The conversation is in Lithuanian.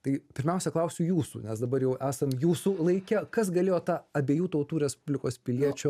tai pirmiausia klausiu jūsų nes dabar jau esam jūsų laike kas galėjo tą abiejų tautų respublikos piliečio